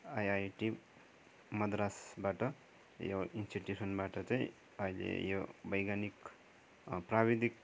IIT मद्रासबाट यो इन्स्टिट्युसनबाट चाहिँ अहिले यो वैज्ञानिक प्राविधिक